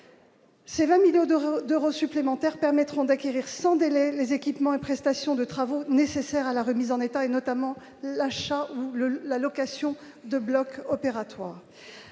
C'est 20 millions d'euros d'euros supplémentaires permettront d'acquérir sans délai les équipements et prestations de travaux nécessaires à la remise en état et notamment la achat le la location de bloc opératoire,